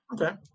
Okay